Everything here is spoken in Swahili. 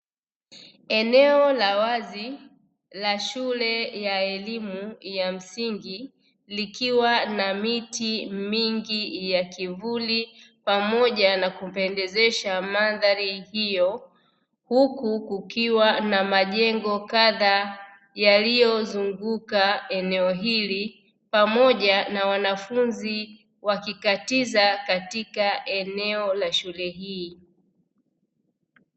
Eneo la wazi la shule ya elimu ya msingi likiwa na miti mingi ya kivuli, pamoja na kupendezesha mandhari hiyo, huku kukiwa na majengo kadhaa yaliyozunguka eneo hili pamoja na wanafunzi wakikatiza katika eneo la shule hii.